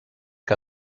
que